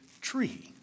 tree